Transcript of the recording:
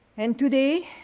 and today,